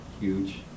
huge